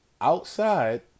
outside